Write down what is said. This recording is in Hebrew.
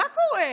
מה קורה?